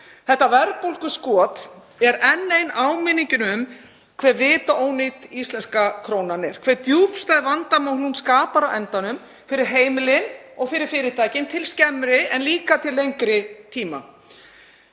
Þetta verðbólguskot er enn ein áminningin um hve vitaónýt íslenska krónan er, hve djúpstæð vandamál hún skapar á endanum fyrir heimilin og fyrir fyrirtækin til skemmri en líka til lengri tíma.